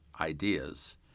ideas